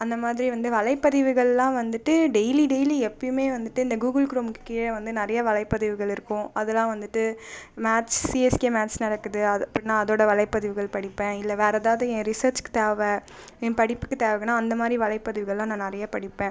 அந்தமாதிரி வந்து வலைப்பதிவுகள்லாம் வந்துட்டு டெய்லி டெய்லி எப்பையுமே வந்துட்டு இந்த கூகுள் க்ரோம்க்கு கீழே வந்து நிறைய வலைப்பதிவுகள் இருக்கும் அதெல்லாம் வந்துட்டு மேட்ச் சிஎஸ்கே மேட்ச் நடக்குது அது பின்னே அதோட வலைப்பதிவுகள் படிப்பேன் இல்லை வேறு ஏதாது என் ரிஸர்ச்க்கு தேவை என் படிப்புக்கு தேவைனா அந்தமாதிரி வலைப்பதிவுகள்லாம் நான் நிறைய படிப்பேன்